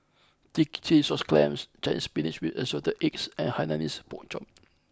Chilli Sauce clams Chinese Spinach With Assorted Eggs and Hainanese Pork Chop